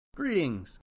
Greetings